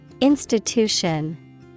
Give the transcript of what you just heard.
Institution